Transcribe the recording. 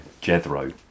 Jethro